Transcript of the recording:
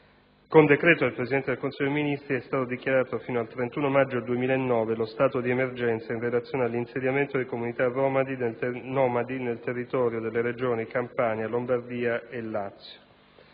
con decreto del Presidente del Consiglio dei ministri è stato dichiarato fino al 31 maggio 2009 lo stato di emergenza in relazione all'insediamento di comunità nomadi nel territorio delle Regioni Campania, Lombardia e Lazio.